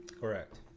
Correct